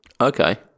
Okay